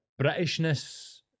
Britishness